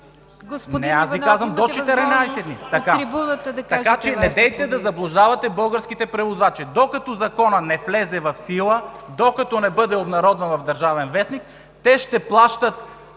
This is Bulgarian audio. Аз Ви казвам: до 14 дни, така че недейте да заблуждавате българските превозвачи. Докато Законът не влезе в сила, докато не бъде обнародван в „Държавен вестник“, те ще плащат